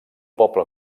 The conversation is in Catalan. poble